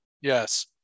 Yes